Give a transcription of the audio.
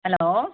hello